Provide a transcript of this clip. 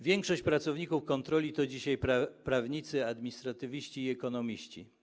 Większość pracowników kontroli to dzisiaj prawnicy, administratywiści i ekonomiści.